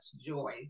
joy